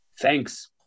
Thanks